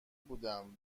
بودم